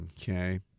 okay